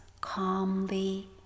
calmly